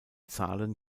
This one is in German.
zahlen